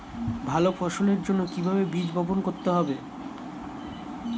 ভালো ফসলের জন্য কিভাবে বীজ বপন করতে হবে?